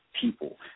people